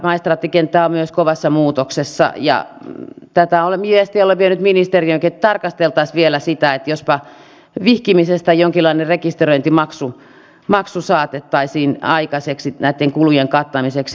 maistraattikenttä on myös kovassa muutoksessa ja tätä viestiä olen vienyt ministeriöönkin että tarkasteltaisiin vielä sitä että jospa vihkimisestä jonkinlainen rekisteröintimaksu saatettaisiin aikaiseksi näitten kulujen kattamiseksi